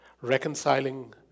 reconciling